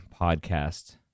podcast